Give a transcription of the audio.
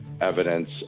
evidence